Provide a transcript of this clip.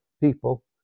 people